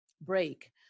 break